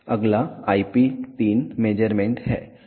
अगला IP 3 measurement है